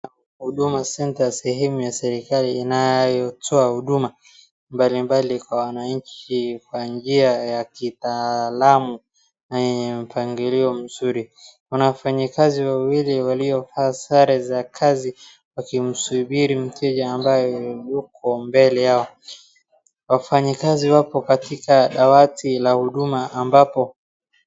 Huduma center , sehemu ya serikali inayotoa huduma mbalimbali kwa wananchi kwa njia ya kitaalamu na yenye mpangilio mzuri. Kuna wafanyakazi wawili waliovaa sare za kazi wakimsubiri mteja ambaye yuko mbele yao. Wafanyikazi wako katika dawati la huduma ambapo...